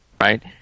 right